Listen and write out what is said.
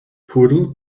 poodle